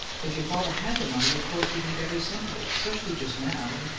if your father had the money, of course he'd need every cent of it, especially just now, and,